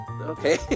Okay